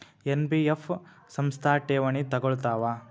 NBF ಸಂಸ್ಥಾ ಠೇವಣಿ ತಗೋಳ್ತಾವಾ?